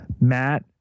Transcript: Matt